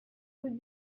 would